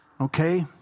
okay